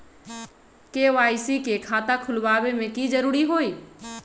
KYC के खाता खुलवा में की जरूरी होई?